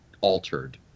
altered